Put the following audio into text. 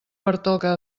pertoca